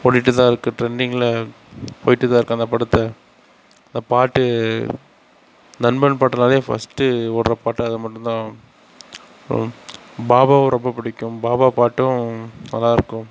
ஓடிகிட்டுதான் இருக்குது ட்ரெண்டிங்கில் போயிட்டுதான் இருக்குது அந்த படத்தை அந்த பாட்டு நண்பன் பாட்டுனால் ஃபஸ்ட்டு ஓடுற பாட்டு அதுமட்டுந்தான் அப்புறம் பாபாவும் ரொம்ப பிடிக்கும் பாபா பாட்டும் நல்லா இருக்கும்